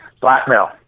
blackmail